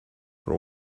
for